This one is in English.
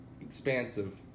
expansive